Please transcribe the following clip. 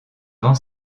vend